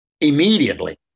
immediately